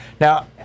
now